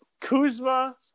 Kuzma